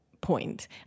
point